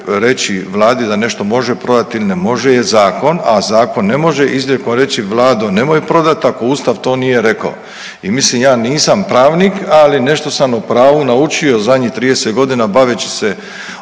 reći Vladi da nešto može prodati ili ne može je zakon, a zakon ne može izrijekom reći, Vlado, nemoj prodati ako to Ustav to rekao i ja mislim, ja nisam pravnik, ali nešto sam o pravu naučio zadnjih 30 godina baveći se